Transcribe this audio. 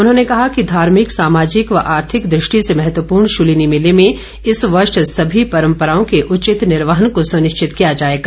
उन्होंने कहा कि धार्मिक सामाजिक व आर्थिक दृष्टि से महत्वपूर्ण शुलिनी मेले में इस वर्ष सभी परम्पराओं के उचित निर्वहन को सुनिश्चित किया जाएगा